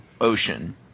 ocean